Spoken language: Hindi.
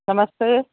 नमस्ते